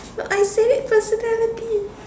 no I said it personality